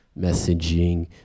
messaging